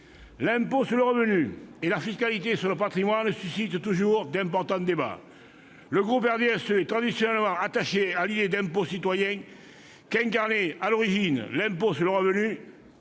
L'impôt sur le revenu et la fiscalité du patrimoine suscitent toujours d'importants débats. Le groupe du RDSE est traditionnellement attaché à l'idée d'impôt citoyen qu'incarnait à l'origine l'impôt sur le revenu,